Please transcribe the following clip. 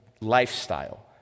lifestyle